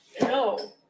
no